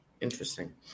Interesting